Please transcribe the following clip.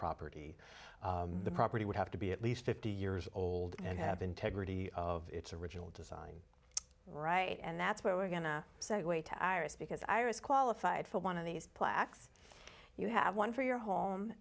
property the property would have to be at least fifty years old and have integrity of its original design right and that's where we're going to segue to iris because iris qualified for one of these plaques you have one for your home